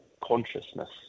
consciousness